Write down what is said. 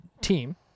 team